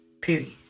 Period